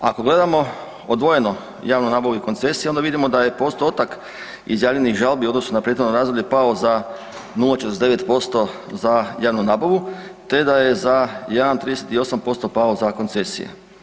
Ako gledamo odvojeno javnu nabavu i koncesije onda vidimo da je postotak izjavljenih žalbi u odnosu na prethodno razdoblje pao za 0,49% za javnu nabavu te da je za 1,38% pao za koncesije.